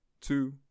Two